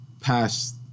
past